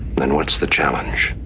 then what's the challenge?